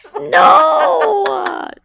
no